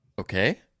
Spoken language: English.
Okay